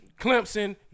Clemson